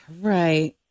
Right